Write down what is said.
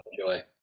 enjoy